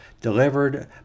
delivered